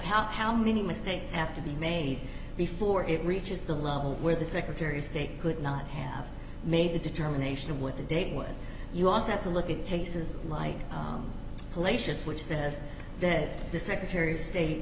helped how many mistakes have to be made before it reaches the level where the secretary of state could not have made the determination of what the date was you also have to look at cases like places which says that the secretary of state